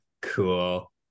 cool